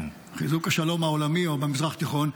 כן, חיזוק השלום העולמי או במזרח התיכון.